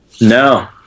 No